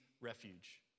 refuge